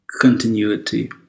Continuity